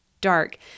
dark